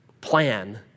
Plan